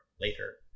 later